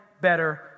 better